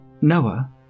Noah